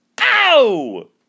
Ow